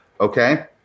Okay